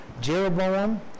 Jeroboam